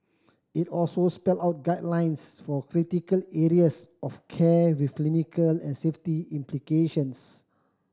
it also spelled out guidelines for critical areas of care with clinical and safety implications